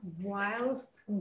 whilst